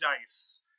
dice